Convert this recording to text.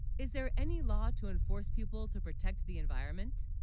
is there any law to enforce people to protect the environment